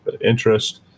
interest